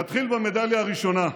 נתחיל במדליה הראשונה: